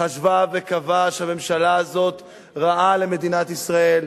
חשבה וקבעה שהממשלה הזאת רעה למדינת ישראל,